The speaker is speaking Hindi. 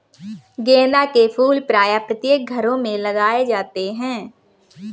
गेंदा के फूल प्रायः प्रत्येक घरों में लगाए जाते हैं